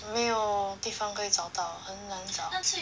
没有地方可以找到很难找